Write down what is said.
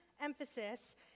emphasis